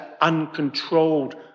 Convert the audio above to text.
uncontrolled